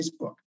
Facebook